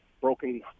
broken